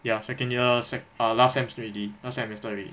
ya second year sec~ ah last sem already last semester already